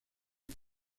les